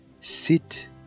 sit